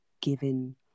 given